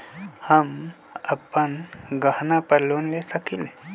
हम अपन गहना पर लोन ले सकील?